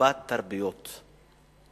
מרובת תרבויות.